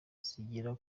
zigera